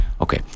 Okay